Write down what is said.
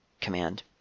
command